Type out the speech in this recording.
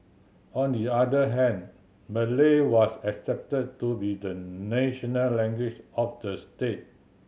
on the other hand Malay was accepted to be the national language of the state